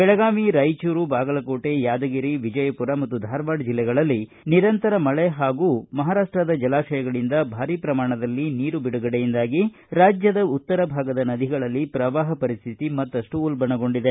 ಬೆಳಗಾವಿ ರಾಯಚೂರು ಬಾಗಲಕೋಟೆ ಯಾದಗಿರಿ ವಿಜಯಪುರ ಮತ್ತು ಧಾರವಾಡ ಜಿಲ್ಲೆಗಳಲ್ಲಿ ನಿರಂತರ ಮಳೆ ಹಾಗೂ ಮಹಾರಾಷ್ಟದ ಜಲಾಶಯಗಳಿಂದ ಭಾರೀ ಪ್ರಮಾಣದಲ್ಲಿ ನೀರು ಬಿಡುಗಡೆಯಿಂದಾಗಿ ರಾಜ್ಯದ ಉತ್ತರ ಭಾಗದ ನದಿಗಳಲ್ಲಿ ಪ್ರವಾಹ ಪರಿಸ್ಥಿತಿ ಮತ್ತಷ್ಟು ಉಲ್ಬಣಗೊಂಡಿದೆ